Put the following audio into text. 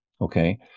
okay